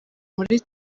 muri